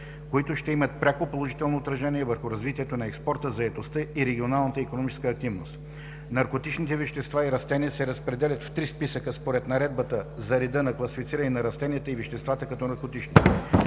които ще имат пряко положително отражение върху развитието на експорта, заетостта и регионалната икономическа активност. Наркотичните вещества и растения се разпределят в три списъка според Наредбата за реда за класифициране на растенията и веществата като наркотични.